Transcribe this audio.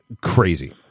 crazy